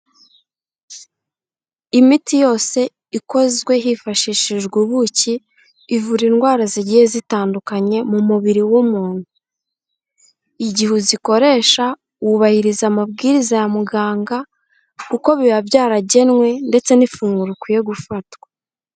Imiti yose ikozwe hifashishijwe ubuki ivura indwara zigiye zitandukanye mu mubiri w'umuntu, igihe uzikoresha wubahiriza amabwiriza ya muganga kuko biba byaragenwe ndetse n'ifunguro ukwiye gufatwa.